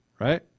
Right